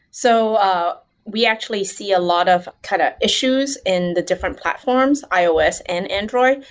so we actually see a lot of kind of issues in the different platforms, ios and android,